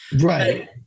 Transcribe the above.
Right